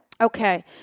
Okay